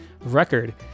record